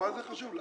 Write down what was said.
מה זה חשוב?